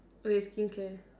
okay skincare